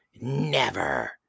Never